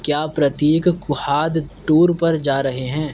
کیا پرتیک کہاد ٹور پر جا رہے ہیں